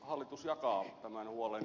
hallitus jakaa tämän huolen